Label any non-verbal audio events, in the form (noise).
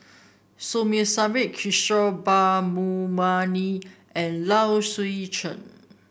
Som (unintelligible) Kishore (unintelligible) and Low Swee Chen